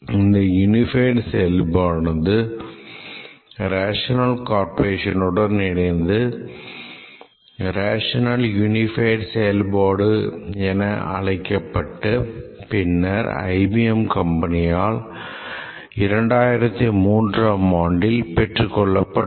இந்த யுனிபைடு செயல்பாடானது rational corporation உடன் இணைந்து 'ரேஷனல் யுனிபைடு செயல்பாடு' என அழைக்கப்பட்டு பின்னர் IBM கம்பெனியால் 2003 ம் ஆண்டில் பெற்றுக் கொள்ளப்பட்டது